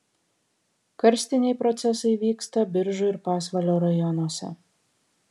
karstiniai procesai vyksta biržų ir pasvalio rajonuose